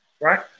Right